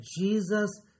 Jesus